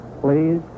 Please